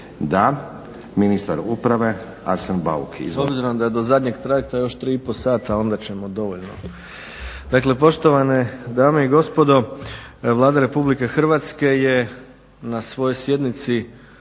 Da. Ministar uprave Arsen Bauk.